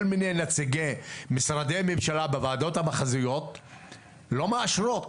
מיני נציגי משרדי ממשלה בוועדות המחוזיות לא מאשרים.